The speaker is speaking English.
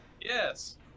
Yes